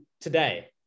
today